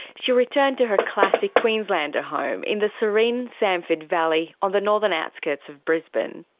she returned to her classic queenslander home in the serene samford valley on the northern outskirts of brisbane.